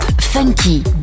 Funky